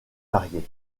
variées